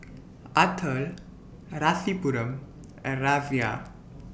Atal Rasipuram and Razia